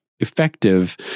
effective